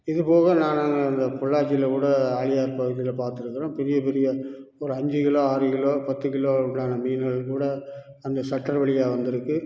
இது போக நான் அங்கே அந்த பொள்ளாச்சியில் கூட ஆலியாட் பகுதியில் பார்த்துருக்குறோம் பெரிய பெரிய ஒரு அஞ்சு கிலோ ஆறு கிலோ பார்த்து கிலோக்கான மீனுகள் கூட அந்த சட்டர் வழியாக வந்துருக்கு